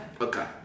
Okay